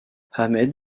ahmed